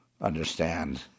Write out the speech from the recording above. understand